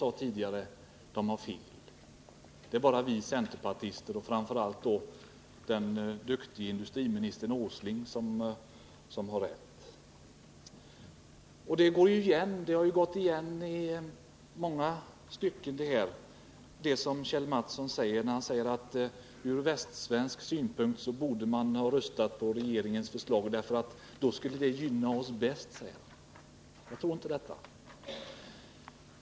Man tycks mena: Det är vi centerpartister och framför allt då vår duktige industriminister Åsling som har rätt. Det här går igen också hos Kjell Mattsson, när han säger att man från västsvensk synpunkt borde rösta för regeringsförslaget, för det skulle gynna oss i Västsverige mest. Jag tror inte på det.